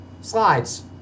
slides